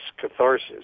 catharsis